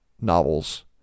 novels